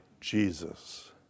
Jesus